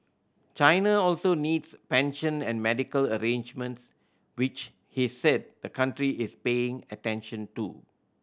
China also needs pension and medical arrangements which he said the country is paying attention to